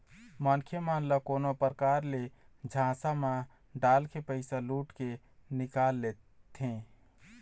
मनखे मन ल कोनो परकार ले झांसा म डालके पइसा लुट के निकाल लेथें